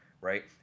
right